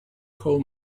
coal